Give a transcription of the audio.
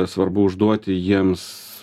svarbu užduoti jiems